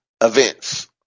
events